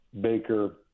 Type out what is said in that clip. Baker